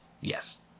Yes